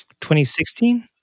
2016